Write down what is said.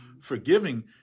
forgiving